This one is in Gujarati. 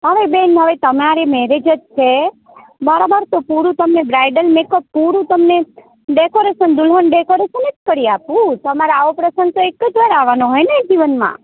અરે બેન હવે તમારે મેરેજ જ છે બરાબર તો પૂરું તમને બ્રાઈડલ મેકઅપ પૂરું તમને ડેકોરેશન દુલ્હન ડેકોરેશન જ કરી આપું તમારે આવો પ્રસંગ એક જ વાર આવવાનો હોય ને જીવનમાં